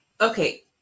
Okay